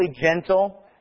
gentle